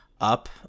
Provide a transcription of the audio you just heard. up